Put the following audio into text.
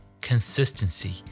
consistency